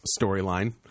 storyline